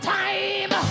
time